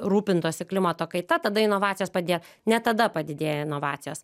rūpintųsi klimato kaita tada inovacijos padė ne tada padidėja inovacijos